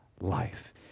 life